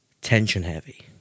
tension-heavy